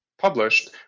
published